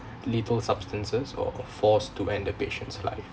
lethal substances or forced to end the patient's life